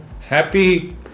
Happy